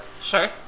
Sure